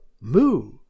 moo